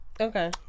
Okay